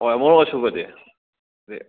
ꯍꯣꯏ ꯃꯣꯔꯛ ꯑꯁꯨꯕꯗꯤ